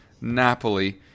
Napoli